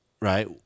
right